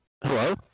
Hello